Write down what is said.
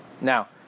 Now